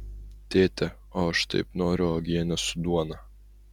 tėte o aš taip noriu uogienės su duona